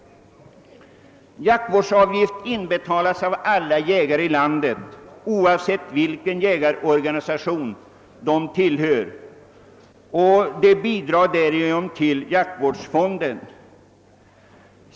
Jaktvårdsavgift inbetalas av alla jägare i landet oavsett vilken jägarorganisation de tillhör, och de bidrar därigenom till jaktvårdsfonden.